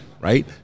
right